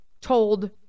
Told